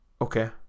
Okay